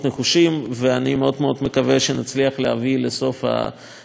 ואני מקווה מאוד מאוד שנצליח להביא לסוף הסאגה הזאת.